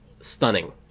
stunning